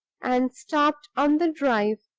and stopped on the drive,